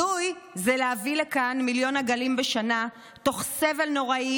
הזוי זה להביא לכאן מיליון עגלים בשנה בסבל נוראי